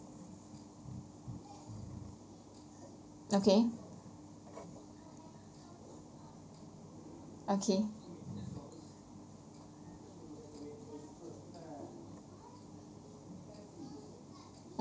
okay okay